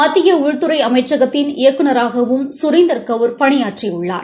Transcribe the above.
மத்திய உள்துறை அமைச்சகத்தின் இயக்குநகராகவும் கரீந்தர்கௌர் பணியாற்றியுள்ளார்